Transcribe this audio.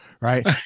right